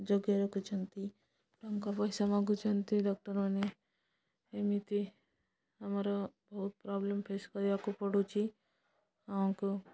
ଯୋଗେଇ ରଖୁଛନ୍ତି ଟଙ୍କା ପଇସା ମଗୁଛନ୍ତି ଡକ୍ଟର୍ମାନେ ଏମିତି ଆମର ବହୁତ ପ୍ରୋବ୍ଲେମ୍ ଫେସ୍ କରିବାକୁ ପଡ଼ୁଛି ଆକୁ